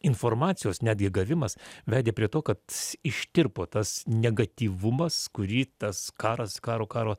informacijos netgi gavimas vedė prie to kad ištirpo tas negatyvumas kurį tas karas karo karo